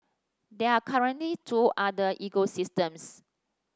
there are currently two other ecosystems